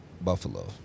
Buffalo